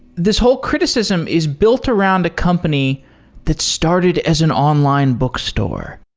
this whole criticism is built around a company that started as an online bookstore.